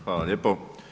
Hvala lijepo.